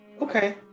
okay